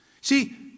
See